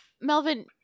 Melvin